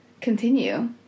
continue